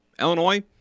Illinois